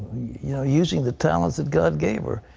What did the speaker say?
you know using the talents that god gave her.